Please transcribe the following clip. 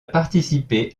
participé